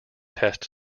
test